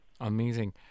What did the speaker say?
Amazing